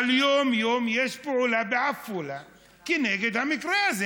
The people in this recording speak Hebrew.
אבל יום-יום יש פעולה בעפולה כנגד המקרה הזה,